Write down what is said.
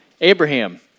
Abraham